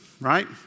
right